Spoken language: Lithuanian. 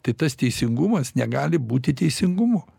tai tas teisingumas negali būti teisingumu